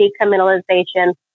decriminalization